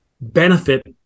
benefit